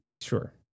Sure